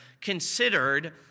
Considered